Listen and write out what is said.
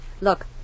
Look